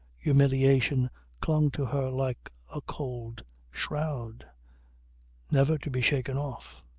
humiliation clung to her like a cold shroud never to be shaken off,